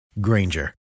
Granger